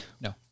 No